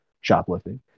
shoplifting